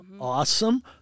awesome